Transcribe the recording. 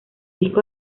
disco